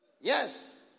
Yes